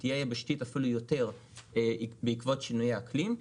ושתהיה יבשתית אפילו יותר בעקבות שינויי האקלים,